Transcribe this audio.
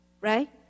right